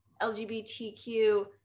LGBTQ